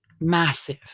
massive